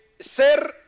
Ser